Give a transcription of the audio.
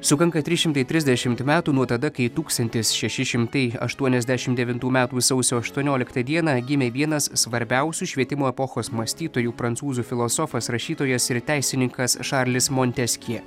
sukanka trys šimtai trisdešimt metų nuo tada kai tūkstantis šeši šimtai aštuoniasdešimt devintų metų sausio aštuonioliktą dieną gimė vienas svarbiausių švietimo epochos mąstytojų prancūzų filosofas rašytojas ir teisininkas šarlis monteskjė